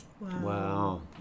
Wow